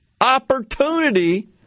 opportunity